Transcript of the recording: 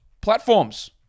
platforms